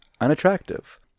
unattractive